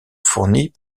fournie